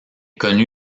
connu